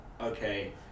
okay